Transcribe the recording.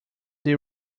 they